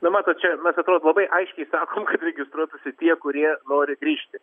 na matot čia mes atrodo labai aiškiai sakom kad registruotųsi tie kurie nori grįžti